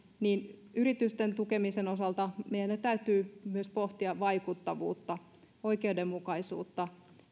niin yritysten tukemisen osalta meidän täytyy myös pohtia vaikuttavuutta oikeudenmukaisuutta